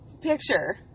picture